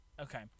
Okay